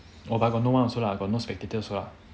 !wah! but got no one also lah got no spectators lah